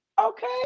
okay